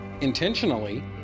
intentionally